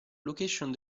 location